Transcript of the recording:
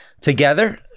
Together